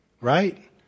Right